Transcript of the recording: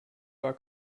war